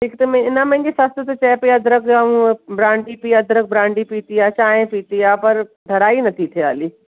हिकु त मूं हिन मुंहिंजी ससु चवे पेई अदरक ऐं ब्रांडी पी अदरक ब्रांडी पीती आहे चांहि पीती आहे पर ढराई न थी थिए हाली